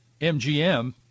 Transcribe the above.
MGM